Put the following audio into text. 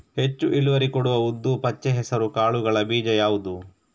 ಹೆಚ್ಚು ಇಳುವರಿ ಕೊಡುವ ಉದ್ದು, ಪಚ್ಚೆ ಹೆಸರು ಕಾಳುಗಳ ಬೀಜ ಯಾವುದು?